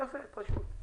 יפה, פשוט.